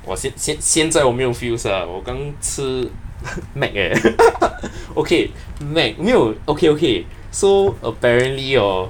!wah! 现现在我没有 feels ah 我刚吃 mac eh okay mac 没有 okay okay so apparently hor